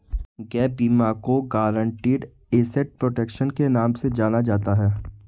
gap बीमा को guaranteed asset protection के नाम से जाना जाता है